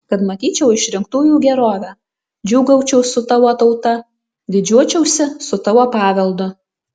kad matyčiau išrinktųjų gerovę džiūgaučiau su tavo tauta didžiuočiausi su tavo paveldu